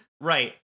Right